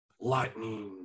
lightning